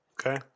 okay